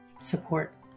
support